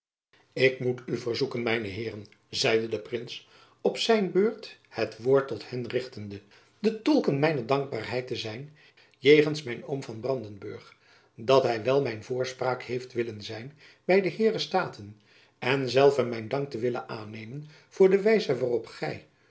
ik moet u verzoeken mijne heeren zeide de prins op zijne beurt het woord tot hen richtende de tolken mijner dankbaarheid te zijn jegends mijn oom van brandenburg dat hy wel mijn voorspraak heeft willen zijn by de heeren staten en zelve mijn dank te willen aannemen voor de wijze waarop gy